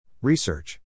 Research